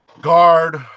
Guard